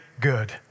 good